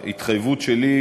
ההתחייבות שלי,